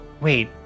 Wait